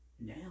Now